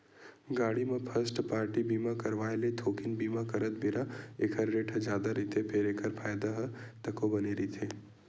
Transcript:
गाड़ी म first party बीमा करवाय ले थोकिन बीमा करत बेरा ऐखर रेट ह जादा रहिथे फेर एखर फायदा ह तको बने रहिथे